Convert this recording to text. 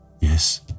Yes